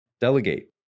Delegate